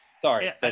sorry